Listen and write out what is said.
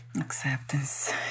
Acceptance